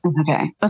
Okay